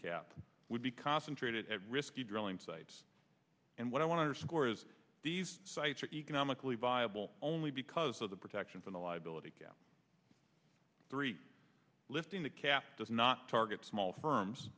cap would be concentrated at risky drilling sites and what i want to score is these sites are economically viable only because of the protection from the liability cap three lifting the cap does not target small firms